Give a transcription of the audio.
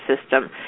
system